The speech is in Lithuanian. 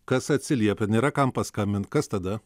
kas atsiliepia nėra kam paskambint kas tada